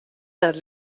dat